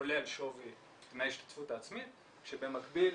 כולל שווי דמי ההשתתפות העצמי שבמקביל